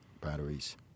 batteries